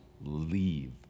leave